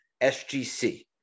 SGC